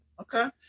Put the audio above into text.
Okay